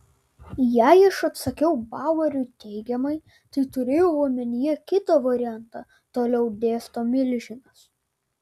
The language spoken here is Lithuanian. jei aš atsakiau baueriui teigiamai tai turėjau omenyje kitą variantą toliau dėsto milžinas